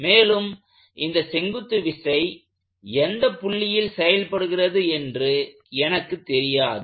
மேலும் இந்த செங்குத்து விசை எந்த புள்ளியில் செயல்படுகிறது என்று எனக்கு தெரியாது